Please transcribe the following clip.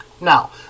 Now